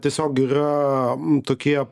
tiesiog yra tokie